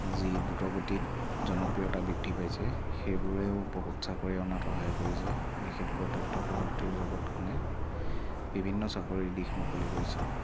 যি দ্ৰুতগতিত জনপ্ৰিয়তা বৃদ্ধি পাইছে সেইবোৰেও বহুত চাকৰি অনাত সহায় কৰিছে বিশেষকৈ তথ্য প্ৰযুক্তিৰ জগতখনে বিভিন্ন চাকৰিৰ দিশ মুকলি কৰিছে